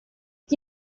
chi